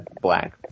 black